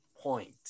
point